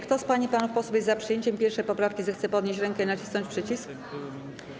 Kto z pań i panów posłów jest za przyjęciem 1. poprawki, zechce podnieść rękę i nacisnąć przycisk.